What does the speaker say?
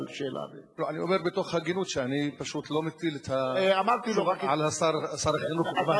אני אומר מתוך הגינות שאני פשוט לא מטיל את התשובה על שר החינוך בלבד,